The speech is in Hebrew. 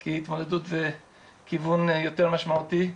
כי התמודדות זה כיוון יותר משמעותי.